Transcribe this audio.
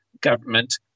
government